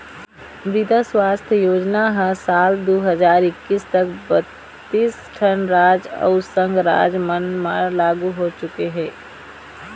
मृदा सुवास्थ योजना ह साल दू हजार एक्कीस तक बत्तीस ठन राज अउ संघ राज मन म लागू हो चुके हे